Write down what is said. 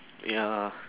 ya